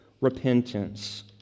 repentance